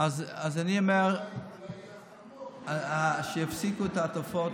אז אני אומר שיפסיקו את התופעות,